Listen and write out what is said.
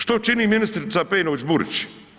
Što čini ministrica Pejčinović Burić?